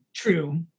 True